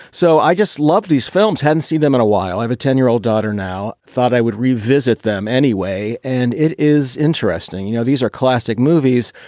so i just love these films and see them in a while. have a ten year old daughter now. thought i would revisit them anyway. and it is interesting, you know, these are classic movies,